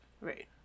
right